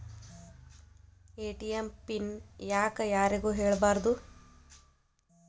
ATM PIN ಯಾಕ್ ಯಾರಿಗೂ ಹೇಳಬಾರದು?